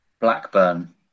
Blackburn